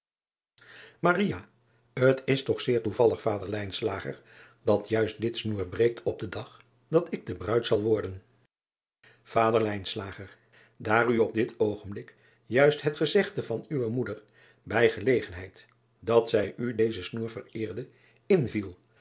t s toch zeer toevallig vader dat juist dit snoer breekt op den dag dat ik de bruid zal worden ader aar u op dit oogenblik juist het gezegde van uwe moeder bij gelegenheid dat zij u dezen snoer vereerde inviel